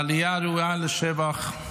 העלייה ראויה לשבח,